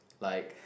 like